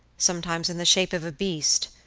sometimes in the shape of a beast,